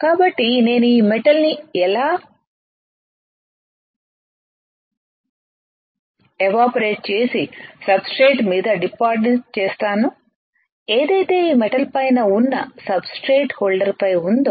కాబట్టి నేను ఈ మెటల్ ని ఎలా ఎవాపరేట్ చేసి సబ్ స్ట్రేట్ మీద డిపాజిట్ చేస్తానుఏదైతే ఈ మెటల్ పైన ఉన్న సబ్స్ట్రేట్ హోల్డర్పై ఉందొ